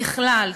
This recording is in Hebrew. ככלל,